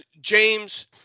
James